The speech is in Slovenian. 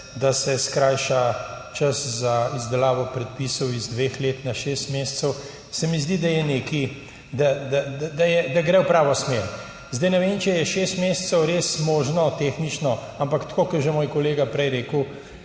da se skrajša čas za izdelavo predpisov iz dveh let na šest mesecev, se mi zdi, da gre v pravo smer. Ne vem, če je šest mesecev res tehnično možno, ampak tako kot je že moj kolega prej rekel,